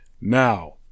Now